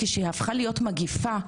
כשהפכה להיות מגפה,